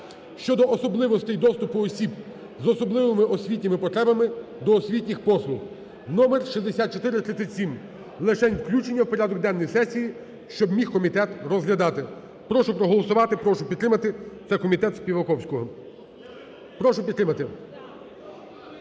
щодо особливостей доступу осіб з особливими освітніми потребами до освітніх послуг (номер 6437). Лишень включення в порядок денний сесії, щоб міг комітет розглядати, прошу проголосувати, прошу підтримати це комітет Співаковського, прошу підтримати.